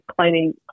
cleaning